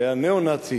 שהיה ניאו-נאצי,